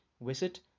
Visit